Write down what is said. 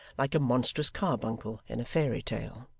like a monstrous carbuncle in a fairy tale.